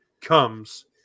comes